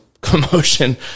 commotion